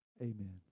Amen